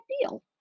deal